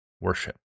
worship